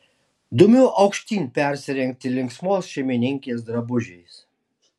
dumiu aukštyn persirengti linksmos šeimininkės drabužiais